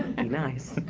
and nice.